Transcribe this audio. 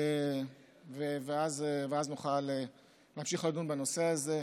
ואז נוכל להמשיך לדון בנושא הזה.